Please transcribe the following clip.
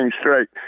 straight